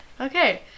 Okay